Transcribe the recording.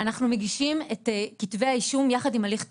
אנחנו מגישים את כתבי האישום יחד עם הליך תכוף.